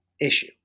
issue